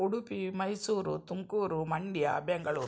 Udupi Mysuru Tumakuru Mandya Bengaluru